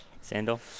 Sandal